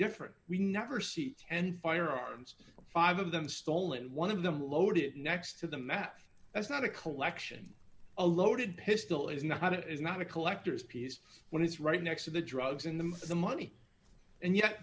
different we never see ten firearms five of them stolen one of them loaded next to the math that's not a collection a loaded pistol is not it is not a collector's piece when it's right next to the drugs in them for the money and yet